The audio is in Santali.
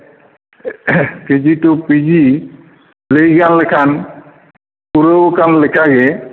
K G to P G ᱞᱟᱹᱭ ᱡᱚᱝ ᱞᱮᱠᱟᱱ ᱯᱩᱨᱟᱹᱣᱟᱠᱟᱱ ᱞᱮᱠᱟᱜᱮ